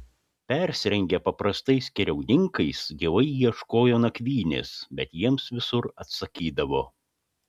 persirengę paprastais keliauninkais dievai ieškojo nakvynės bet jiems visur atsakydavo